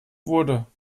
wurde